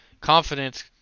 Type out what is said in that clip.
confidence